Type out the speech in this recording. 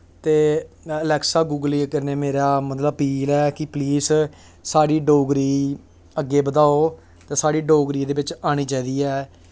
ते Alexa Google कन्नै मेरा मतलब अपील ऐ कि प्लीज़ साढ़ी डोगरी अग्गें बधाओ ते साढ़ी डोगरी एह्दे बिच आनी चाहिदी ऐ